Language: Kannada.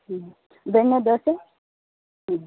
ಹ್ಞೂ ಬೆಣ್ಣೆ ದೋಸೆ ಹ್ಞೂ